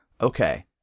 Okay